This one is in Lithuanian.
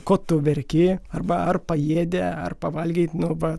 ko tu verki arba ar paėdę ar pavalgei nu va